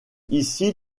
ici